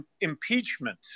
impeachment